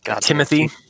Timothy